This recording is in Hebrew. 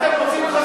אתם רוצים לחסל,